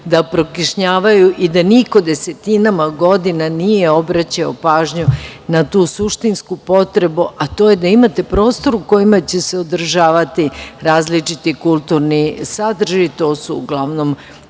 da prokišnjavaju i da niko desetinama godina nije obraćao pažnju na tu suštinsku potrebu, a to je da imate prostor u kojem će se održavati različiti i kulturni sadržaj. To se uglavnom